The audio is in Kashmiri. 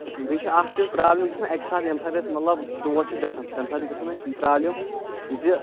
بیٚیہِ چھِ اکھ چیٖز پرابلِم گژھان اَکہِ ساتہٕ ییٚمہِ ساتہٕ اسہِ مطلب دور چھِ گژھان تَمہِ ساتہٕ چھِ گژھان اَسہِ یہِ پرابلِم زِ